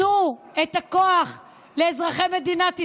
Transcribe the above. תנו את הכוח לאזרחי מדינת ישראל.